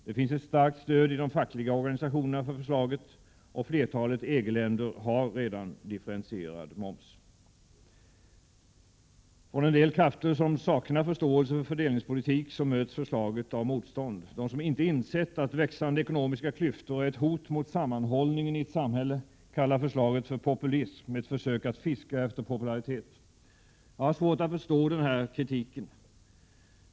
Det finns ett starkt stöd i de fackliga organisationerna för förslaget, och flertalet EG-länder har redan differentierad moms. Från en del krafter som saknar förståelse för fördelningspolitik möts förslaget av motstånd. De som inte insett att växande ekonomiska klyftor är ett hot mot sammanhållningen i ett samhälle kallar förslaget för populism, ett försök att fiska efter popularitet. Jag har svårt att förstå denna kritik.